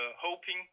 hoping